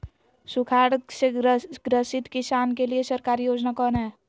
सुखाड़ से ग्रसित किसान के लिए सरकारी योजना कौन हय?